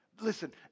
Listen